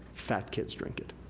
fat kids drink it.